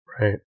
Right